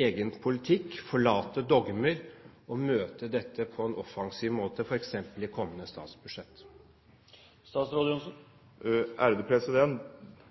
egen politikk, forlate dogmer og møte dette på en offensiv måte, f.eks. i kommende statsbudsjett?